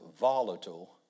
volatile